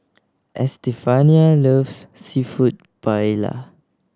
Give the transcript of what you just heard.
Estefania loves Seafood Paella